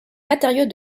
matériaux